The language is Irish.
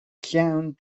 cheann